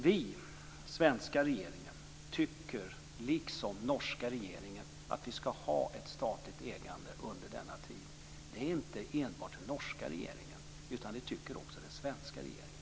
Vi, svenska regeringen, tycker liksom norska regeringen att vi skall ha ett statligt ägande under denna tid. Det tycker inte enbart den norska regeringen utan också den svenska regeringen.